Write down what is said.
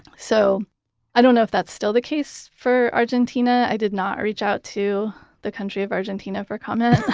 so i don't know if that's still the case for argentina. argentina. i did not reach out to the country of argentina for a comment,